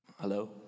Hello